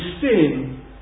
sin